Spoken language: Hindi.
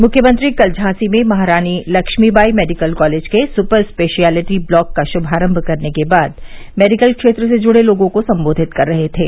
मुख्यमंत्री कल झांसी में महारानी लक्ष्मीबाई मेडिकल कॉलेज के सूपर स्पेशलिटी ब्लॉक का श्मारम्भ करने के बाद मेडिकल क्षेत्र से जुड़े लोगों को संबोधित कर रहे थे